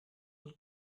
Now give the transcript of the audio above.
know